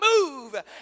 Move